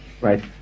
right